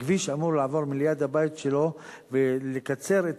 הכביש אמור לעבור ליד הבית שלו ולקצר את